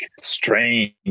strange